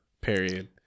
period